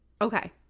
Okay